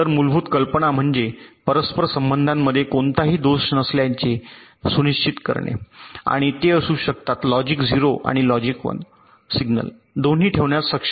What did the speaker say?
तर मूलभूत कल्पना म्हणजे परस्पर संबंधांमध्ये कोणताही दोष नसल्याचे सुनिश्चित करणे आणि ते असू शकतात लॉजिक 0 आणि लॉजिक 1 सिग्नल दोन्ही ठेवण्यात सक्षम